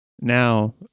Now